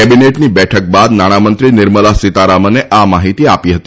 કેબિનેટની બેઠક બાદ નાણાંમંત્રી નિર્મલા સીતારામને આ માહિતી આપી હતી